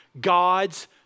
God's